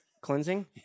cleansing